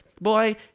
boy